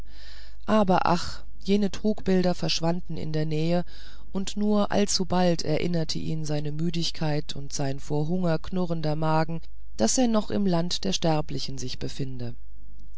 aber ach jene trugbilder verschwanden in der nähe und nur allzubald erinnerte ihn seine müdigkeit und sein vor hunger knurrender magen daß er noch im lande der sterblichen sich befinde